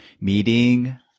meeting